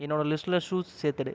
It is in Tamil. என்னோடய லிஸ்ட்ல ஷூஸ் சேர்த்துடு